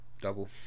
double